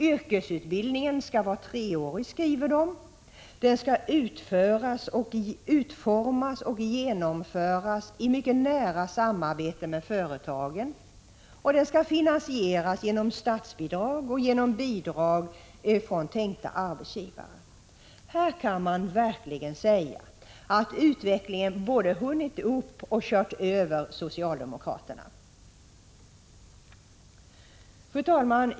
Yrkesutbildningen skall vara treårig, skriver man, den skall utformas och genomföras i mycket nära samarbete med företagen, och den skall finansieras genom statsbidrag och bidrag från tänkta arbetsgivare. Här kan man verkligen säga att utvecklingen både hunnit upp och kört över socialdemokraterna. Fru talman!